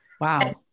Wow